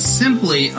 simply